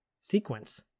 sequence